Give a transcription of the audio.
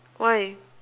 why